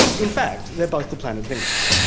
in fact, they're both the planet venus.